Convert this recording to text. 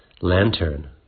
Lantern